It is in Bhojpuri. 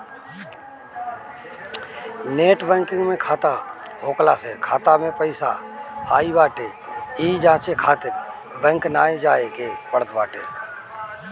नेट बैंकिंग में खाता होखला से खाता में पईसा आई बाटे इ जांचे खातिर बैंक नाइ जाए के पड़त बाटे